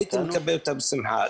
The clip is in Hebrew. הייתי מקבל אותה בשמחה.